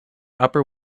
upper